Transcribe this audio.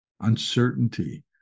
uncertainty